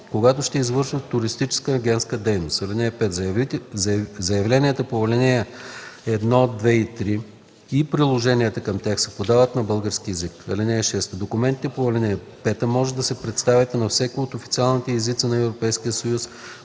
когато ще извършват туристическа агентска дейност. (5) Заявленията по ал. 1, 2 и 3 и приложенията към тях се подават на български език. (6) Документите по ал. 5 може да се представят и на всеки от официалните езици на